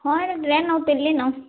ହଁ ଏଇନ ଟ୍ରେନ୍ରୁ ଉତୁରିଲିନ୍